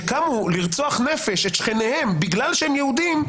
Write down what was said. שקמו לרצוח נפש את שכניהם בגלל שהם יהודים,